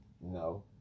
No